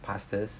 pastors